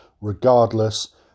regardless